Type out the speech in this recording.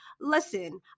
Listen